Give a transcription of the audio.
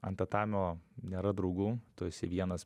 ant tatamio nėra draugų tu esi vienas